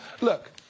Look